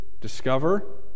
discover